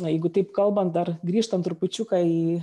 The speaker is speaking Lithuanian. na jeigu taip kalbant dar grįžtant trupučiuką į